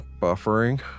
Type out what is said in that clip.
Buffering